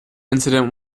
incident